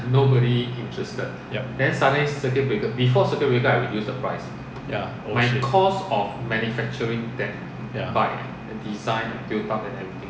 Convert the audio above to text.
yup ya ya